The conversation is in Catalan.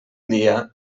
dia